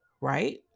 right